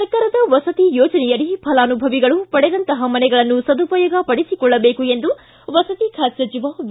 ಸರ್ಕಾರದ ವಸತಿ ಯೋಜನೆಯಡಿ ಫಲಾನುಭವಿಗಳು ಪಡೆದಂತಹ ಮನೆಗಳನ್ನು ಸದುಪಯೋಗ ಪಡಿಸಿಕೊಳ್ಳಬೇಕು ಎಂದು ವಸತಿ ಖಾತೆ ಸಚಿವ ವಿ